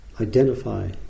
identify